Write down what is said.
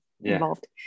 involved